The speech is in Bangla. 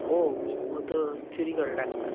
ও ও তো চুরি করা ডাক্তার